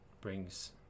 brings